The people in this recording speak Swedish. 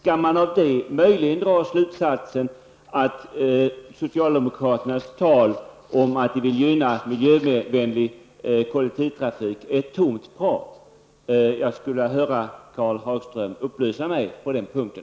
Kan man av detta möjligen dra slutsatsen att socialdemokraternas tal om att de vill gynna miljövänlig kollektivtrafik bara är tomt prat? Jag skulle vilja höra Karl Hagström upplysa mig på den punkten.